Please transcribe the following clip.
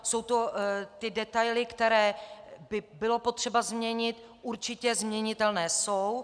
Jsou to ty detaily, které by bylo potřeba změnit, určitě změnitelné jsou.